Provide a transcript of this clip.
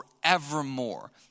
forevermore